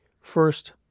First